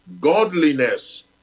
godliness